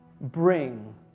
bring